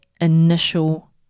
initial